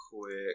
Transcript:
quick